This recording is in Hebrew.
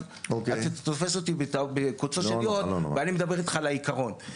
אתה תופס אותי בקוצו של יוד ואני מדבר איתך על העיקרון,